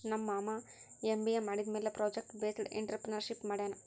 ನಮ್ ಮಾಮಾ ಎಮ್.ಬಿ.ಎ ಮಾಡಿದಮ್ಯಾಲ ಪ್ರೊಜೆಕ್ಟ್ ಬೇಸ್ಡ್ ಎಂಟ್ರರ್ಪ್ರಿನರ್ಶಿಪ್ ಮಾಡ್ಯಾನ್